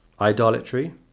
idolatry